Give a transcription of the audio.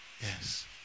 Yes